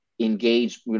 engage